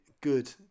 good